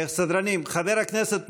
סדרנים, חבר הכנסת ניסנקורן,